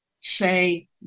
say